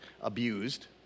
abused